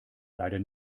leider